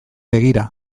begira